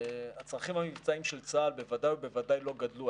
הצרכים המבצעיים של צה"ל בוודאי ובוודאי לא גדלו.